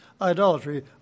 idolatry